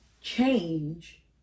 change